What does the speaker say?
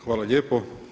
Hvala lijepo.